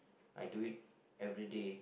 I do it everyday